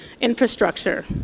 infrastructure